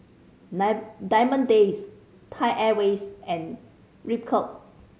Diamond Days Thai Airways and Ripcurl